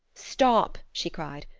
stop! she cried,